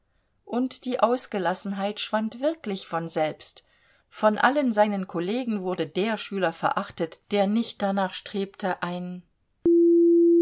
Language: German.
und die ausgelassenheit schwand wirklich von selbst von allen seinen kollegen wurde der schüler verachtet der nicht danach strebte ein